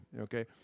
Okay